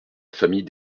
famille